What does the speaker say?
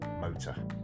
motor